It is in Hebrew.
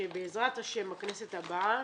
שבעזרת ה' בכנסת הבאה,